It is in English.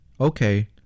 Okay